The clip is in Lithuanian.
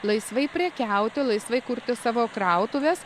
laisvai prekiauti laisvai kurti savo krautuves